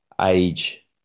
age